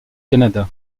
canada